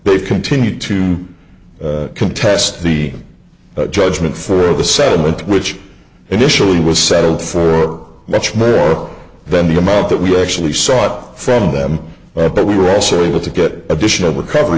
they continued to contest the judgement for the settlement which initially was settled for much more than the amount that we actually sought from them but we were also able to get additional cover